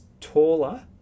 taller